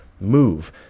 Move